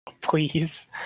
Please